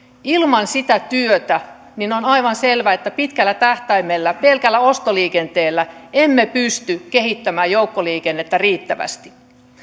ilman sitä työtä on aivan selvää että pitkällä tähtäimellä pelkällä ostoliikenteellä emme pysty kehittämään joukkoliikennettä riittävästi